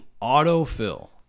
Auto-fill